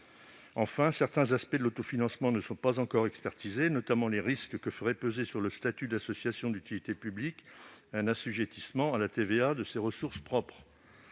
Enfin, certains aspects de l'autofinancement ne sont pas encore expertisés, notamment les risques que ferait peser sur le statut d'association d'utilité publique un assujettissement à la TVA de ses ressources propres.